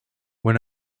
when